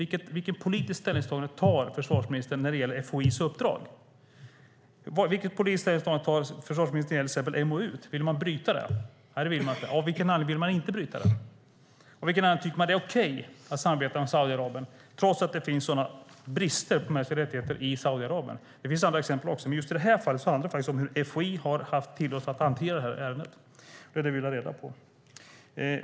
Vilket politiskt ställningstagande gör försvarsministern när det gäller FOI:s uppdrag? Vilket politiskt ställningstagande gör försvarsministern när det gäller MoU:et - vill man bryta det? Nej, det vill man inte. Av vilken anledning vill man inte bryta den? Av vilken anledning tycker man att det är okej att samarbeta med Saudiarabien trots att det finns sådana brister när det gäller mänskliga rättigheter i Saudiarabien? Det finns andra exempel också, men just i detta fall handlar det om hur FOI har haft tillåtelse att hantera ärendet. Det är det vi vill ha reda på.